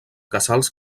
casals